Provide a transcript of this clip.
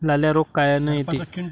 लाल्या रोग कायनं येते?